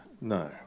No